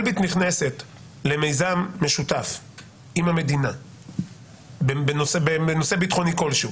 אלביט נכנסת למיזם משותף עם המדינה בנושא ביטחוני כלשהי,